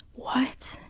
what?